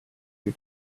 you